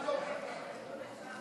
גמלת אבל), התשע"ו 2016,